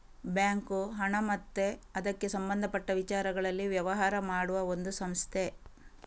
bank ಹಣ ಮತ್ತೆ ಅದಕ್ಕೆ ಸಂಬಂಧಪಟ್ಟ ವಿಚಾರಗಳಲ್ಲಿ ವ್ಯವಹಾರ ಮಾಡುವ ಒಂದು ಸಂಸ್ಥೆ